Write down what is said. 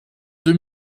deux